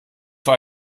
für